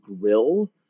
grill